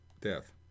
death